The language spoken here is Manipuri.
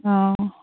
ꯑꯣ